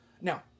Now